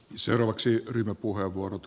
seuraavaksi ryhmäpuheenvuorot